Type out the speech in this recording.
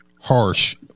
harsh